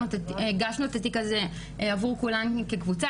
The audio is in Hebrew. הגשנו את התיק הזה עבור כולן כקבוצה,